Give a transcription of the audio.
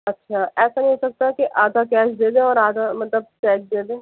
اچھا ایسا نہیں ہو سکتا کہ آدھا کیش دے دیں اور آدھا مطلب کیش دے دیں